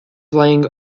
flying